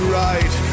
right